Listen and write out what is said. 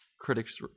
critics